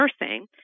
nursing